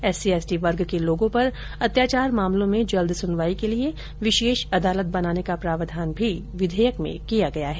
SC ST वर्ग के लोगों पर अत्याचार मामलों में जल्द सुनवाई के लिये विशेष अदालत बनाने का प्रावधान भी विधेयक में किया गया है